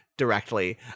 directly